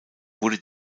wurde